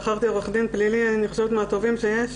שכרתי עורך-דין פלילי מהטובים שיש.